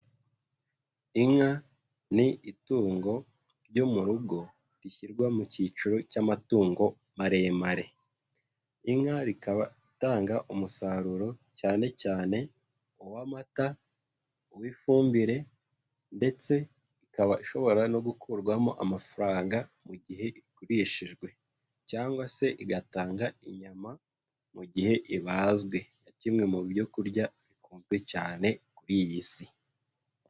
Inka ni itungo ryo mu rugo rishyirwa mu cyiciro cy'amatungo maremare. Inka ikaba itanga umusaruro cyane cyane uw'amata, uw'ifumbire, ndetse ikaba ishobora no gukurwamo amafaranga mu gihe igurishijwe, cyangwa se igatanga inyama mu gihe ibazwe nka kimwe mu byo kurya bikunzwe cyane kuri iyi si.